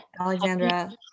Alexandra